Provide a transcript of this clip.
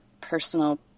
personal